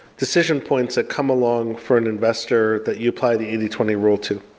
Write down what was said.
decision points that come along for an investor that you apply the eighty twenty rule to.